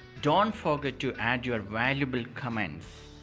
don't forget to add your valuable comments.